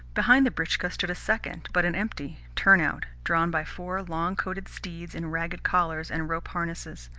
behind the britchka stood a second, but an empty, turn-out, drawn by four long-coated steeds in ragged collars and rope harnesses.